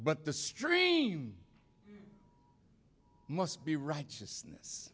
but the stream must be righteousness